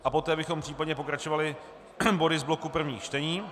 A poté bychom případně pokračovali body z bloku prvních čtení.